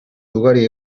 ugari